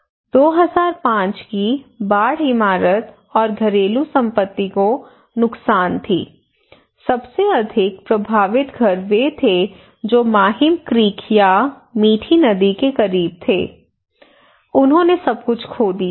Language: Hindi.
2005 की बाढ़ इमारत और घरेलू संपत्ति को नुकसान थी सबसे अधिक प्रभावित घर वे थे जो माहिम क्रीक या मीठी नदी के करीब थे उन्होंने सब कुछ खो दिया